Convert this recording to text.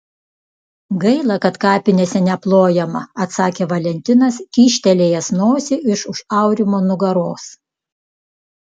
gaila kad kapinėse neplojama atsakė valentinas kyštelėjęs nosį iš už aurimo nugaros